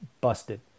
busted